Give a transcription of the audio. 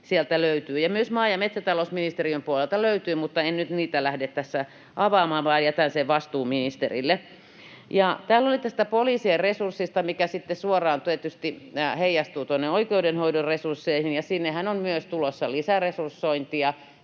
Sieltä löytyy, ja myös maa- ja metsätalousministeriön puolelta löytyy, mutta en nyt niitä lähde tässä avaamaan, vaan jätän sen vastuuministerille. Täällä oli poliisien resursseista, mikä sitten suoraan tietysti heijastuu oikeudenhoidon resursseihin, ja sinnehän on myös tulossa lisäresursointia.